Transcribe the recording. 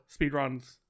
speedruns